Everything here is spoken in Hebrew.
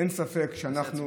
אין ספק שאנחנו